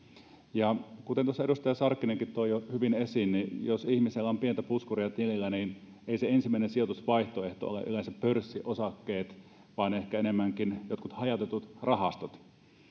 kuten edustaja sarkkinenkin toi jo hyvin esiin jos ihmisellä on pientä puskuria tilillä niin ei se ensimmäinen sijoitusvaihtoehto ole yleensä pörssiosakkeet vaan ehkä enemmänkin jotkut hajautetut rahastot